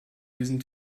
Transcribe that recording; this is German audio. diesen